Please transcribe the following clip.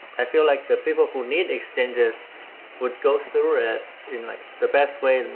i feel like the people who need exchanges would go through it in like the best way, and